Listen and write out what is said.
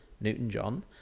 Newton-John